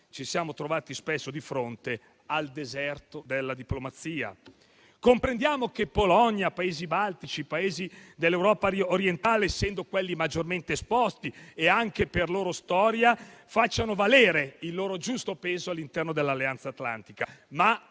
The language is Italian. ci siamo trovati di fronte al deserto della diplomazia. Comprendiamo che la Polonia, i Paesi baltici, i Paesi dell'Europa orientale, essendo i maggiormente esposti e anche per la loro storia, facciano valere il loro giusto peso all'interno dell'Alleanza atlantica,